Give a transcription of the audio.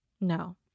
No